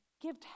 give